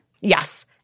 Yes